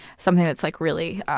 something that's like really